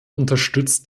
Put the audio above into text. unterstützt